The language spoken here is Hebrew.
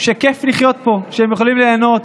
שכיף לחיות פה, שהם יכולים ליהנות,